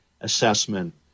assessment